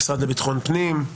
המשרד לביטחון פנים,